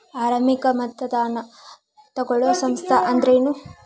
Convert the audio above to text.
ಆರಂಭಿಕ್ ಮತದಾನಾ ತಗೋಳೋ ಸಂಸ್ಥಾ ಅಂದ್ರೇನು?